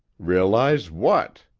realize what?